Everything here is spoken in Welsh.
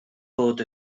bod